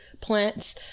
plants